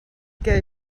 què